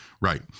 Right